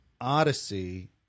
Odyssey